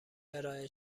ارائه